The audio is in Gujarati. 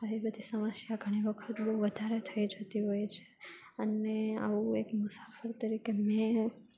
આવી બધી સમસ્યા ઘણી વખત બહુ વધારે થઈ જતી હોય છે અને આવું મેં એક મુસાફર તરીકે મેં